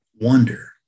wonder